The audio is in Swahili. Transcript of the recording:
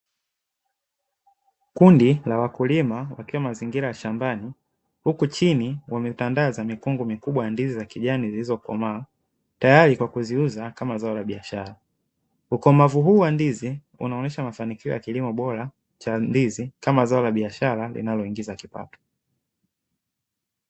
Kundi la wakulima wakiwa mazingira ya shambani huku chini wametandaza mikungu mikubwa yandizi za kijani zilizokomaa, tayari kwa kuziuza kama zao la biashara. Ukomavu huu wa ndizi unaonyesha mafanikio ya kilimo bora cha ndizi kama zao la biashara linaloingiza kipato.